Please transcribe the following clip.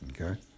okay